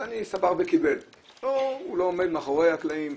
הוא לא עומד מאחורי הקלעים,